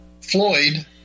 Floyd